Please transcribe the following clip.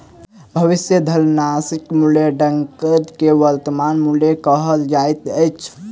भविष्यक धनराशिक मूल्याङकन के वर्त्तमान मूल्य कहल जाइत अछि